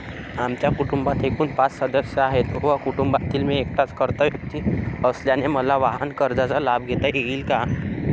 आमच्या कुटुंबात एकूण पाच सदस्य आहेत व कुटुंबात मी एकटाच कर्ता व्यक्ती असल्याने मला वाहनकर्जाचा लाभ घेता येईल का?